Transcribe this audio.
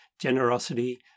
generosity